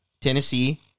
Tennessee